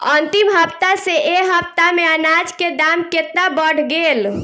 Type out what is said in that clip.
अंतिम हफ्ता से ए हफ्ता मे अनाज के दाम केतना बढ़ गएल?